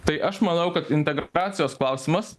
tai aš manau kad integracijos klausimas